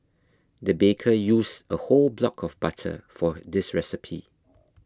the baker used a whole block of butter for this recipe